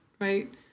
right